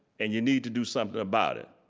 and you need to do something about it.